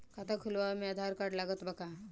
खाता खुलावे म आधार कार्ड लागत बा का?